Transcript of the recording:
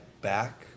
back